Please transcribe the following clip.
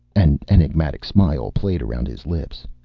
an enigmatic smile played around his lips.